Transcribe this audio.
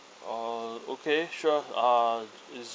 uh okay sure um is